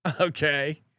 okay